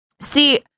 See